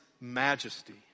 majesty